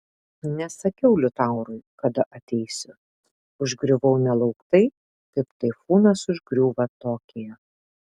nesakiau liutaurui kada ateisiu užgriuvau nelauktai kaip taifūnas užgriūva tokiją